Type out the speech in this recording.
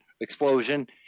explosion